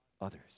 others